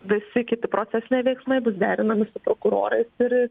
visi kiti procesiniai veiksmai bus derinami su prokurorais ir